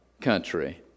country